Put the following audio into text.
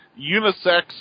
unisex